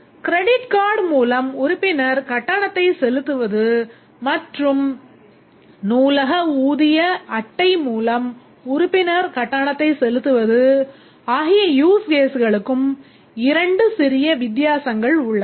credit card மூலம் உறுப்பினர் கட்டணத்தை செலுத்துவது மற்றும் நூலக ஊதிய அட்டை மூலம் உறுப்பினர் கட்டணத்தை செலுத்துவது ஆகிய use case களுக்கும் இரண்டு சிறிய வித்தியாசங்கள் உள்ளன